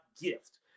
gift